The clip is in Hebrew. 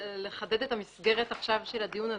אני רק רוצה לחדד את המסגרת של הדיון הזה.